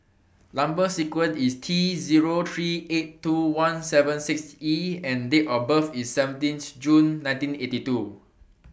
Number sequence IS T Zero three eight two one seven six E and Date of birth IS seventeen June nineteen eighty two